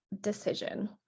decision